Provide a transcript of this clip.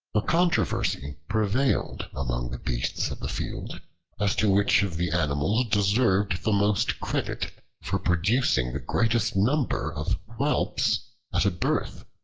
a controversy prevailed among the beasts of the field as to which of the animals deserved the most credit for producing the greatest number of whelps at a birth.